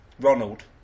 Ronald